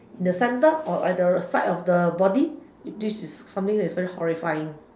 in the centre or at the side of the body this is something that is very horrifying